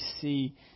see